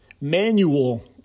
manual